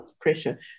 pressure